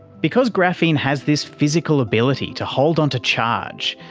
because graphene has this physical ability to hold on to charge,